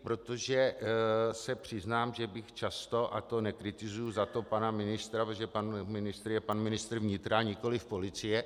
Protože se přiznám, že bych často a nekritizuji za to pana ministra, protože pan ministr je pan ministr vnitra, nikoli policie.